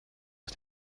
auf